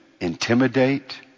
Intimidate